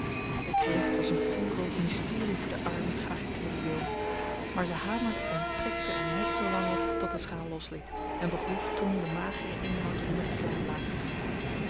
de kreeft was een vuurrood mysterie voor de arme geagiteerde jo maar zij hamerde en prikte er net zoolang op tot de schaal losliet en begroef toen den mageren inhoud onder de